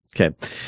Okay